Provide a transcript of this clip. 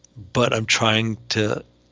but i'm trying to.